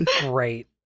great